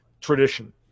tradition